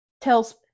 tells